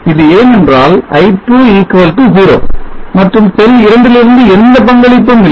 இது ஏனென்றால் i2 0 மற்றும் செல் இரண்டிலிருந்து எந்த பங்களிப்பும் இல்லை